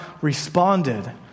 responded